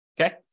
Okay